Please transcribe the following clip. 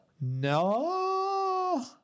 No